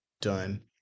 done